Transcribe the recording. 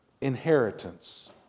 inheritance